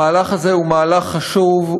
המהלך הזה הוא מהלך חשוב,